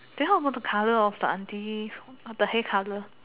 then how about the color of the auntie what about the hair color